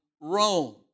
Rome